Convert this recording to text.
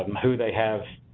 um who they have